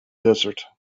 desert